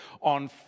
on